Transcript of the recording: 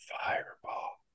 fireball